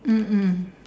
mm mm